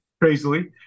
crazily